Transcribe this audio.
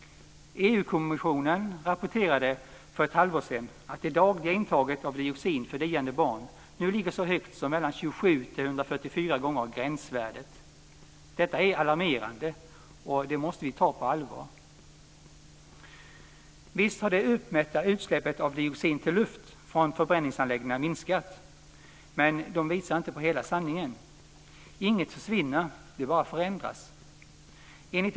EG kommissionen rapporterade för ett halvår sedan att det dagliga intaget av dioxin för diande barn nu ligger så högt som mellan 27 och 144 gånger gränsvärdet. Detta är alarmerande och måste tas på allvar. Visst har det uppmätta utsläppet av dioxin till luft från förbränningsanläggningar minskat, men det visar inte hela sanningen. Inget försvinner, det bara förändras.